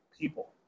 people